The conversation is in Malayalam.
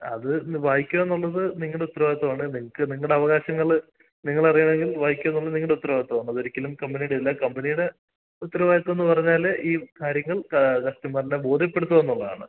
അത് ഒന്ന് വായിക്കുക എന്നുള്ളത് നിങ്ങളുടെ ഉത്തരവാദിത്തമാണ് നിങ്ങൾക്ക് നിങ്ങളുടെ അവകാശങ്ങൾ നിങ്ങളറിയണമെങ്കിൽ വായിക്കുക എന്നുള്ളത് നിങ്ങളുടെ ഉത്തരവാദിത്തമാണ് അതൊരിക്കലും കമ്പനിടെയല്ല കമ്പനിയുടെ ഉത്തരവാദിത്തം എന്ന് പറഞ്ഞാൽ ഈ കാര്യങ്ങൾ കസ്റ്റമർനെ ബോധ്യപ്പെടുത്തുക എന്നുള്ളതാണ്